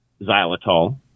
xylitol